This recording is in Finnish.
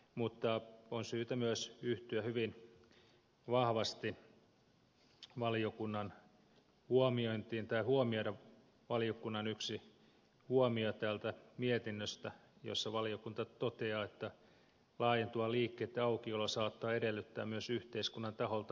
mutta on syytä myös hyvin vahvasti huomioida valiokunnan yksi huomio täältä mietinnöstä jossa valiokunta toteaa että laajentuva liikkeiden aukiolo saattaa edellyttää myös yhteiskunnan taholta lisätoimia